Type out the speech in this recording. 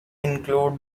include